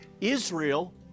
Israel